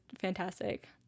fantastic